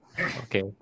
Okay